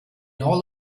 all